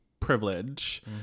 privilege